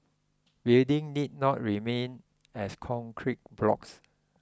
buildings need not remain as concrete blocks